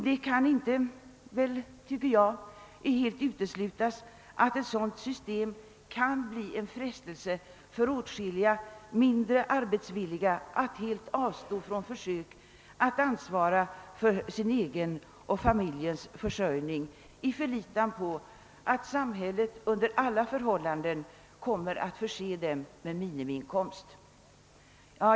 Det kan väl inte alldeles uteslutas att ett sådant system kan bli en frestelse för åtskilliga mindre arbetsvilliga att helt avstå från försök att svara för sin egen och familjens försörjning i förlitande på att samhället under alla förhållanden kommer att förse dem med minimiinkomst.